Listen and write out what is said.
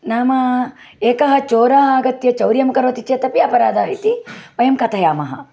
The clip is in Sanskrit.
नाम एकः चोरः आगत्य चौर्यं करोति चेदपि अपराधः इति वयं कथयामः